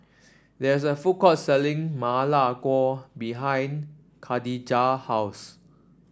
there is a food court selling Ma Lai Gao behind Kadijah house